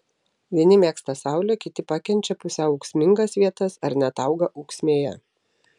vieni mėgsta saulę kiti pakenčia pusiau ūksmingas vietas ar net auga ūksmėje